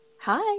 Hi